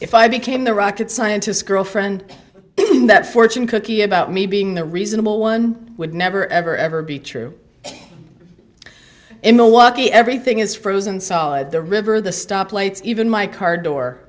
if i became the rocket scientist girlfriend that fortune cookie about me being the reasonable one would never ever ever be true in milwaukee everything is frozen solid the river the stop lights even my car door